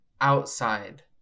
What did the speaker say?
outside